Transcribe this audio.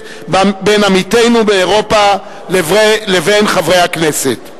בין עמיתינו מאירופה לבין חברי הכנסת.